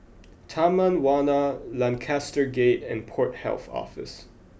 Taman Warna Lancaster Gate and Port Health Office